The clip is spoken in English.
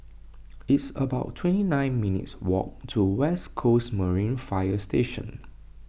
it's about twenty nine minutes' walk to West Coast Marine Fire Station